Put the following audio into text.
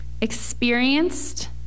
experienced